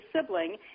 sibling